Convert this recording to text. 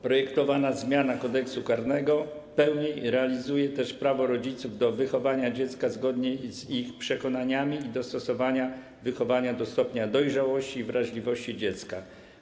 Projektowana zmiana Kodeksu karnego pełniej realizuje też prawo rodziców do wychowania dziecka zgodnie z ich przekonaniami i dostosowania wychowania do stopnia dojrzałości i wrażliwości dziecka.